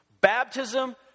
Baptism